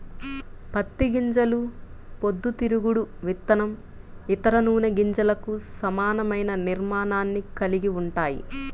పత్తి గింజలు పొద్దుతిరుగుడు విత్తనం, ఇతర నూనె గింజలకు సమానమైన నిర్మాణాన్ని కలిగి ఉంటాయి